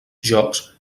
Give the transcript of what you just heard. jocs